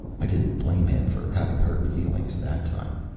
i didn't blame him for having hurt feelings that time.